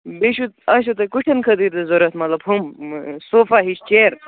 بیٚیہِ چھُ آسوٕ تۄہہِ کُٹھٮ۪ن خٲطرٕ تہِ ضروٗرت مطلب ہُم صوفا ہِش چیر